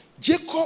Jacob